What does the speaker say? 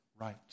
right